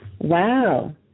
Wow